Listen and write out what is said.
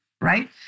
right